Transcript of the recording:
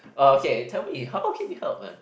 oh okay tell me how can you help man